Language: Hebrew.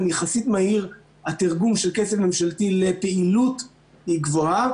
יחסית מהיר התרגום של כסף ממשלתי לפעילות הוא גבוה.